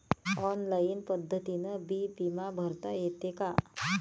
Online पद्धतीनं बी बिमा भरता येते का?